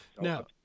Now